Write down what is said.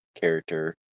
character